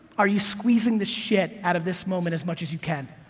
are you squeezing the shit out of this moment as much as you can?